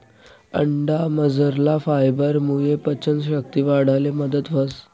अंडामझरला फायबरमुये पचन शक्ती वाढाले मदत व्हस